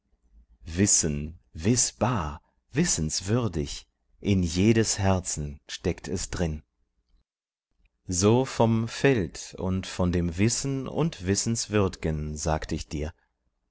wissen wißbar wissenswürdig in jedes herzen steckt es drin so vom feld und von dem wissen und wissenswürdgen sagt ich dir